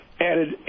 Added